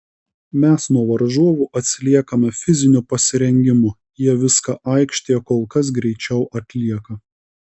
mes nuo varžovų atsiliekame fiziniu pasirengimu jie viską aikštėje kol kas greičiau atlieka